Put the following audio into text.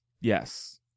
yes